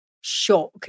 shock